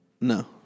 no